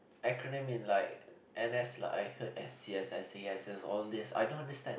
acronym in like n_s lah I heard s_c_s s_c_s_s all these I don't understand